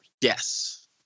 Yes